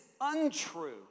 untrue